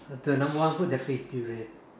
the number one food definitely is durian